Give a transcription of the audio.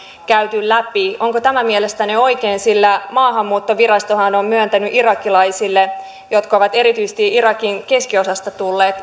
käyty läpi onko tämä mielestänne oikein sillä maahanmuuttovirastohan on on myöntänyt irakilaisille jotka ovat erityisesti irakin keskiosasta tulleet